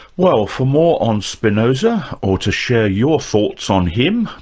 well, for more on spinoza or to share your thoughts on him,